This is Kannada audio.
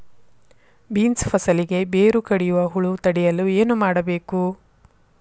ಬೇನ್ಸ್ ಫಸಲಿಗೆ ಬೇರು ಕಡಿಯುವ ಹುಳು ತಡೆಯಲು ಏನು ಮಾಡಬೇಕು?